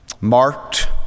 marked